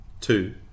two